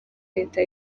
leta